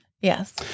Yes